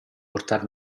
portare